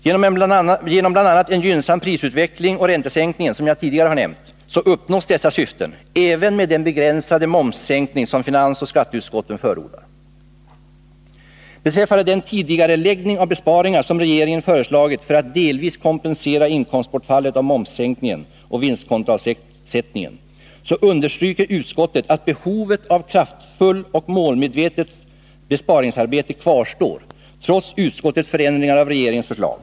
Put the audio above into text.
Genom bl.a. en gynnsam prisutveckling och räntesänkningen, som jag tidigare har nämnt, uppnås dessa syften, även med den begränsade momssänkning som finansoch skatteutskotten förordar. Beträffande den tidigareläggning av besparingar som regeringen föreslagit för att delvis kompensera inkomstbortfallet av momssänkning och vinstkontoavsättning, understryker utskottet att behovet av ett kraftfullt och målmedvetet besparingarbete kvarstår, trots utskottets förändringar av regeringens förslag.